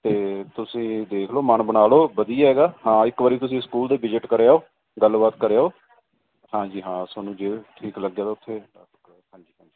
ਅਤੇ ਤੁਸੀਂ ਦੇਖ ਲਓ ਮਨ ਬਣਾ ਲਓ ਵਧੀਆ ਹੈਗਾ ਹਾਂ ਇੱਕ ਵਾਰੀ ਤੁਸੀਂ ਸਕੂਲ 'ਤੇ ਵਿਜਿਟ ਕਰਿਓ ਗੱਲਬਾਤ ਕਰਿਓ ਹਾਂਜੀ ਹਾਂ ਤੁਹਾਨੂੰ ਜੇ ਠੀਕ ਲੱਗਿਆ ਤਾ ਉੱਥੇ ਹਾਂਜੀ ਹਾਂਜੀ